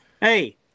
hey